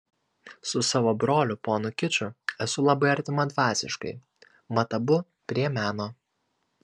su savo broliu ponu kiču esu labai artima dvasiškai mat abu prie meno